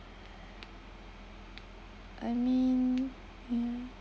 I mean yeah